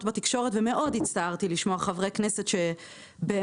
בתקשורת ומאוד הצטערתי לשמוע חברי כנסת שבאמת